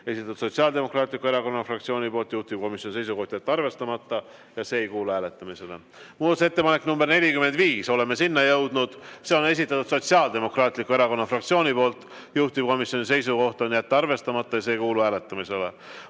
esitanud Sotsiaaldemokraatliku Erakonna fraktsioon, juhtivkomisjoni seisukoht on jätta arvestamata ja see ei kuulu hääletamisele. Muudatusettepanek nr 45, oleme sinna jõudnud, selle on esitanud Sotsiaaldemokraatliku Erakonna fraktsioon, juhtivkomisjoni seisukoht on jätta arvestamata ja see ei kuulu hääletamisele.